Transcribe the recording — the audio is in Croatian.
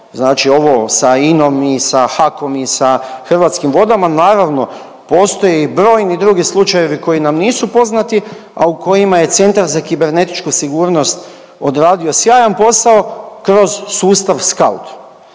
Znači ovo sa INA-om i sa HAK-om i sa Hrvatskim vodama. Naravno postoje i brojni drugi slučajevi koji nam nisu poznati, a u kojima je Centar za kibernetičku sigurnost odradio sjajan posao kroz sustav SKAUT.